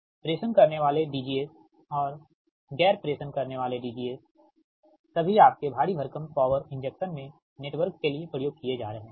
प्रेषण करने वाले DGs और गैर प्रेषण करने वाले DGs सभी आपके भारी भरकम पॉवर इंजेक्शन में नेटवर्क के लिए प्रयोग किये जा रहे है